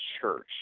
church